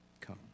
Come